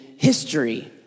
history